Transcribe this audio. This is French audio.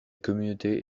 communauté